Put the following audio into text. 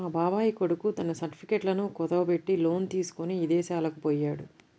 మా బాబాయ్ కొడుకు తన సర్టిఫికెట్లను కుదువబెట్టి లోను తీసుకొని ఇదేశాలకు పొయ్యాడు